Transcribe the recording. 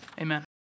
Amen